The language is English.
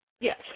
Yes